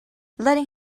letting